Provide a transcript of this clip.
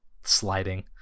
sliding